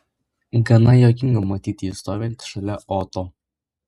gana juokinga matyti jį stovintį šalia oto